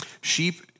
Sheep